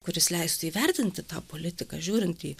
kuris leistų įvertinti tą politiką žiūrint į